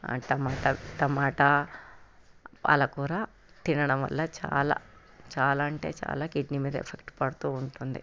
tomato tomato పాలకూర తినడం వల్ల చాలా చాలా అంటే చాలా కిడ్నీ మీద ఎఫెక్ట్ పడుతు ఉంటుంది